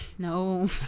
No